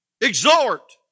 exhort